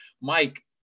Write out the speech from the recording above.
Mike